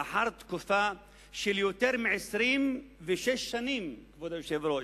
לאחר תקופה של יותר מ-26 שנים, כבוד היושב-ראש,